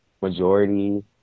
majority